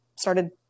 started